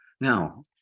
Now